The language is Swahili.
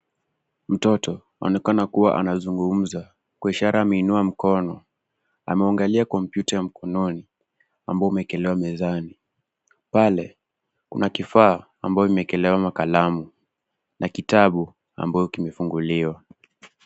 Mtoto anaonekana kuwa anazungumza kwa ishara ameinua mkono. Ameangalia kompyuta ya mkononi ambao umewekelewa mezani. Pale kuna kifaa ambao imeeekelewa na kalamu na kitabu ambacho kimefunguliwa.